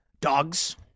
dogs